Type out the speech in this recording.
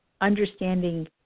understanding